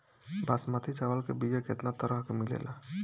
बासमती चावल के बीया केतना तरह के मिलेला?